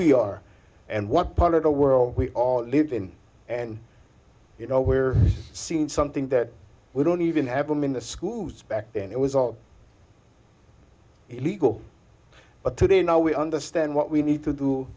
we are and what part of the world we all live in and you know we're seeing something that we don't even have them in the schools back then it was all illegal but today now we understand what we need to do